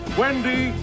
wendy